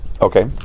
Okay